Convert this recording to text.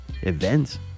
events